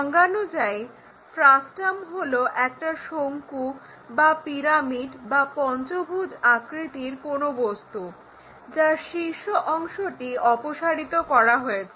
সংজ্ঞানুযায়ী frustum হলো একটা শঙ্কু বা পিরামিড বা পঞ্চভুজ আকৃতির কোনো বস্তু যার শীর্ষ অংশটি অপসারিত করা হয়েছে